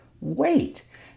wait